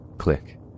click